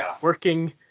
working